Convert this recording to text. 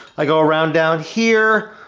i go around down here,